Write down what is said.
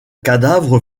cadavre